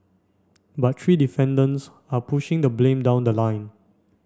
but three defendants are pushing the blame down the line